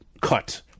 cut